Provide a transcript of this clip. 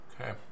Okay